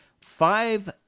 five